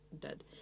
dead